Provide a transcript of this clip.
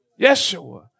Yeshua